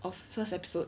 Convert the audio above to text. of first episode